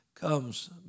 comes